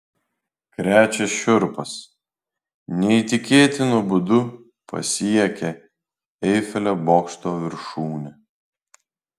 krečia šiurpas neįtikėtinu būdu pasiekė eifelio bokšto viršūnę